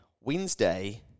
Wednesday